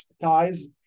ties